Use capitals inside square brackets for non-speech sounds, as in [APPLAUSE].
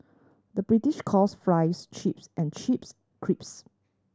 the British calls fries chips and chips [UNINTELLIGIBLE]